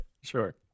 Sure